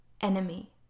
enemy